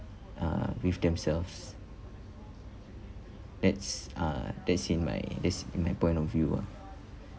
uh with themselves that's uh that's in my that's my point of view ah